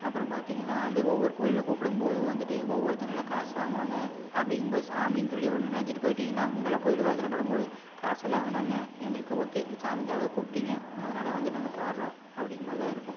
அப்புறம் பார்த்தீங்கன்னா வந்து ஒவ்வொரு கோயில்ல கூப்பிடம் போதும் வந்துட்டு ஒவ்வொருத்தவங்கள்லாம் காசு வாங்குவாங்க அப்படிங்கும் போது சாமின்னு சொல்லி ஒன்று நினச்சிட்டு போயிட்டீங்கன்னா அங்கேல்லாம் போயிட்டு பஜனை பாடும்போது காஸெல்லாம் வேணாங்க எங்களுக்கு ஓகே சாமிக்காக கூப்பிடிங்க அதனால் வந்து நாங்கள் பாடுறோம் அப்படிங்கிற மாதிரி தான் இருக்கும்